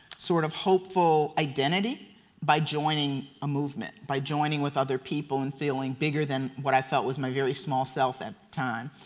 sort of hopeful identity by joining a movement. by joining with other people and feeling bigger than what i felt was my very small self at the time.